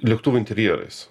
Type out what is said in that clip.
lėktuvų interjerais